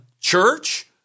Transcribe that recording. church